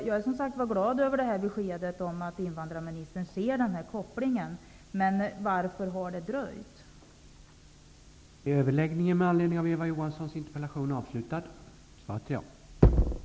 Jag är glad över beskedet att invandrarministern ser kopplingen, men varför har det dröjt med åtgärderna?